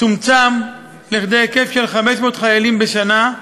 צומצם לכדי היקף של 500 חיילים בשנה,